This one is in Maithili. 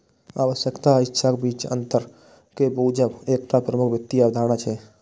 आवश्यकता आ इच्छाक बीचक अंतर कें बूझब एकटा प्रमुख वित्तीय अवधारणा छियै